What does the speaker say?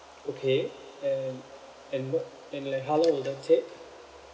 okay and and wha~ and like how long will that take